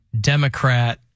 Democrat